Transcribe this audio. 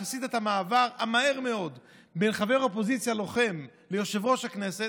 שעשית את המעבר המהיר מאוד מחבר אופוזיציה לוחם ליושב-ראש הכנסת,